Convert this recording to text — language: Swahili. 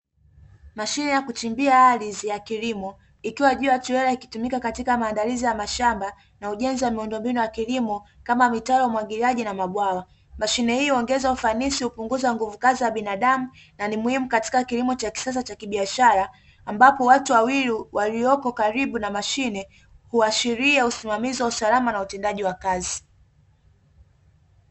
Masine ya kuchimbia ardhi ya kilimo ikiwa juu ya trela ikitumika katika maandalizi ya mashamba na ujenzi wa miundombinu ya kilimo; kama mitaro ya umwagiliaji na mabwawa. Mashine hiyo huongeza ufanisi, hupunguza nguvu kaiz ya binadamu na ni muhimu katika kilimo cha kisasa cha kibiashara, ambapo watu wawili waliopo karibu na mashine huashiria usimamizi wa usalama na utendaji wa kazi.